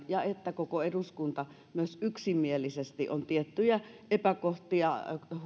ja että koko eduskunta myös yksimielisesti on tiettyjä epäkohtia